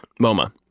MoMA